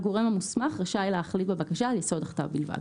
הגורם המוסמך רשאי להחליט בבקשה על יסוד הכתב בלבד.